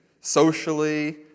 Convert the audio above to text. socially